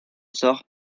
sort